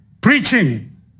preaching